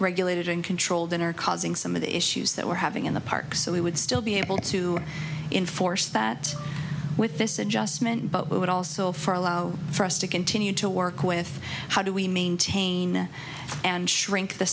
regulated and controlled and are causing some of the issues that we're having in the parks so we would still be able to in force that with this adjustment but would also far allow for us to continue to work with how do we maintain and shrink the